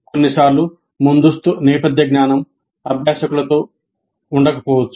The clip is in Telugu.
కొన్నిసార్లు ముందస్తు నేపథ్య జ్ఞానం అభ్యాసకులతో ఉండకపోవచ్చు